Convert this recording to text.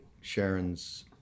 Sharon's